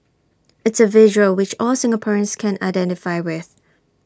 it's A visual which all Singaporeans can identify with